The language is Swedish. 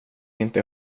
inte